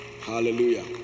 hallelujah